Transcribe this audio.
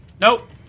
Nope